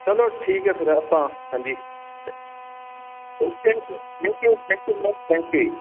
ਚਲੋ ਠੀਕ ਹੈ ਫਿਰ ਆਪਾਂ ਹਾਂਜੀ okay thank you thank you sir thank you ਜੀ